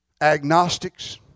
Agnostics